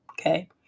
Okay